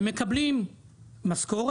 הם מקבלים משכורת,